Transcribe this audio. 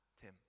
Tim